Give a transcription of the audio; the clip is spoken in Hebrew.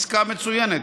תשמע, זו ממש עסקה מצוינת.